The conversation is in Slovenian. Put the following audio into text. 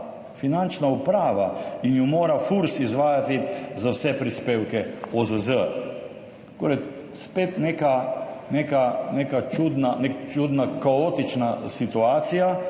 Finančna uprava in jo mora Furs izvajati za vse prispevke OZZ. Korej spet neka čudna, neka čudna, kaotična situacija,